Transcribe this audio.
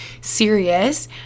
serious